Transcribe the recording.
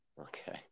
Okay